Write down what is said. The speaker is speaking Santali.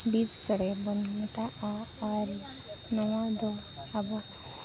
ᱵᱤᱨᱥᱳᱲᱮ ᱵᱚᱱ ᱢᱮᱛᱟᱜᱼᱟ ᱟᱨ ᱱᱚᱣᱟ ᱫᱚ ᱟᱵᱚ